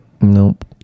Nope